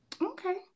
Okay